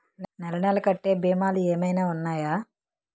నెల నెల కట్టే భీమాలు ఏమైనా ఉన్నాయా?